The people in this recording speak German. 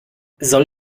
soll